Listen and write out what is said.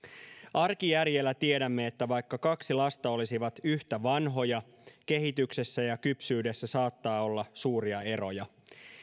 arkijärjellä tiedämme että vaikka kaksi lasta olisi yhtä vanhoja kehityksessä ja kypsyydessä saattaa olla suuria eroja